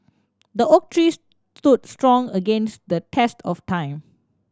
the oak trees stood strong against the test of time